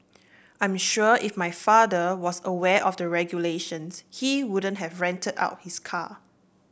I'm sure if my father was aware of the regulations he wouldn't have rented out his car